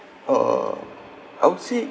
uh I would say